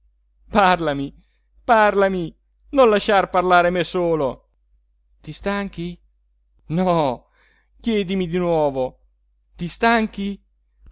parlami parlami non lasciar parlare me solo ti stanchi no chiedimi di nuovo ti stanchi